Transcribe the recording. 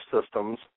systems